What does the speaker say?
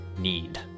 need